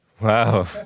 Wow